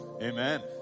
Amen